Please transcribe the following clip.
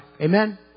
Amen